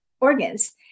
organs